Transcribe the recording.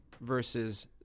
versus